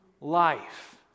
life